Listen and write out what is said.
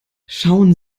schauen